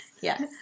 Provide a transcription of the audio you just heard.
Yes